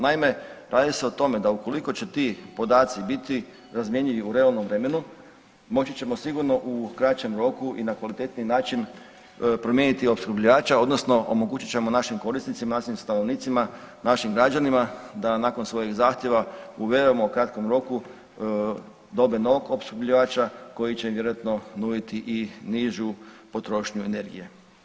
Naime, radi se o tome da ukoliko će ti podaci biti razmjenjivi u realnom vremenu moći ćemo sigurno u kraćem roku i na kvalitetniji način promijeniti opskrbljivača odnosno omogućit ćemo našim korisnicima, našim stanovnicima, našim građanima da nakon svojeg zahtjeva … [[Govornik se ne razumije]] u kratkom roku dobe novog opskrbljivača koji će im vjerojatno nuditi i nižu potrošnju energije.